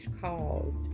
caused